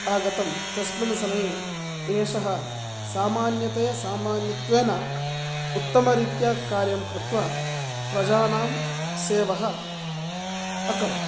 आगतं तस्मिन् समये एष सामान्यतया सामात्यत्वेन उत्तमरीत्या कार्यं कृत्वा प्रजानां सेवा अकरोत्